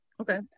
Okay